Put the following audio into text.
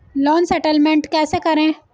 Loan settlement कैसे करें?